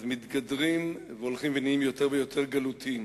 אז מתגדרים והולכים ונהיים יותר ויותר גלותיים.